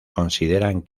consideran